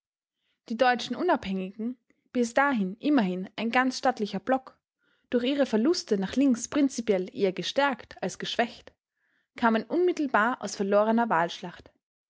die deutschen unabhängigen bis dahin immerhin ein ganz stattlicher block durch ihre verluste nach links prinzipiell eher gestärkt als geschwächt kamen unmittelbar aus verlorener